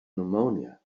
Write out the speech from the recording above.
pneumonia